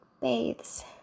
bathes